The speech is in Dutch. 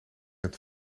het